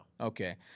Okay